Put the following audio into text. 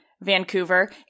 Vancouver